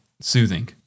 soothing